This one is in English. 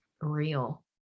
real